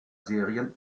serien